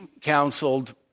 counseled